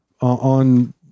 on